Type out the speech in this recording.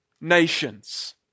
nations